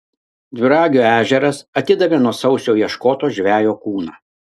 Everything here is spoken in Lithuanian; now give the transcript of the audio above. dviragio ežeras atidavė nuo sausio ieškoto žvejo kūną